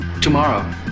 Tomorrow